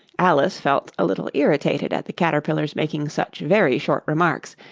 alice felt a little irritated at the caterpillar's making such very short remarks,